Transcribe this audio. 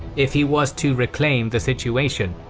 if he was to reclaim the situation,